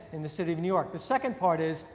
in the city of new york. the second part is,